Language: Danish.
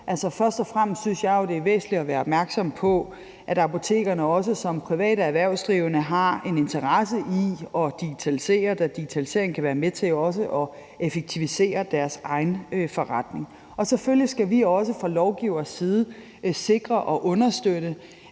først og fremmest synes jeg jo, det er væsentligt at være opmærksom på, at apotekerne også som private erhvervsdrivende har en interesse i at digitalisere, da digitalisering kan være med til at effektivisere deres egen forretning. Og selvfølgelig skal vi også fra lovgivers side sikre og understøtte,